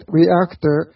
reactor